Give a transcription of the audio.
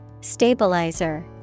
Stabilizer